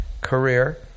career